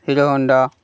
hero Honda